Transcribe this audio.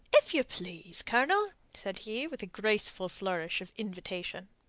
if you please, colonel, said he, with a graceful flourish of invitation.